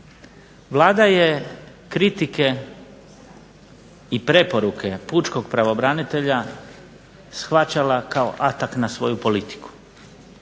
Vlada je kritike i preporuke pučkog pravobranitelja shvaćala kao atak na svoju politiku.